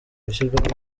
hashyirwe